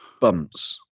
bumps